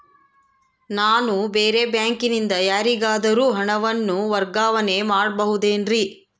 ನಾನು ಬೇರೆ ಬ್ಯಾಂಕಿನಿಂದ ಯಾರಿಗಾದರೂ ಹಣವನ್ನು ವರ್ಗಾವಣೆ ಮಾಡಬಹುದೇನ್ರಿ?